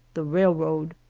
the rail road.